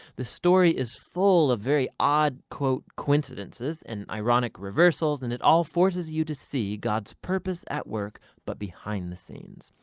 the story is full of very odd quote coincidences and ironic reversals, and it all forces you to see god's purpose at work but behind the scenes.